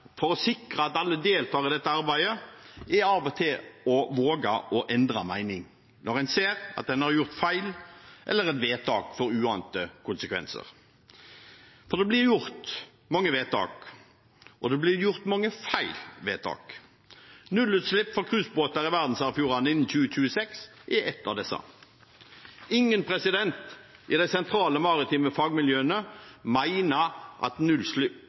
for å sikre at alle deltar i dette arbeidet, er av og til å våge å endre mening når en ser at en har gjort feil, eller et vedtak får uante konsekvenser. For det blir gjort mange vedtak, og det blir gjort mange feil vedtak. Nullutslipp for cruisebåter i verdensarvfjordene innen 2026 er et av disse. Ingen i de sentrale maritime fagmiljøene mener at